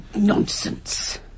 Nonsense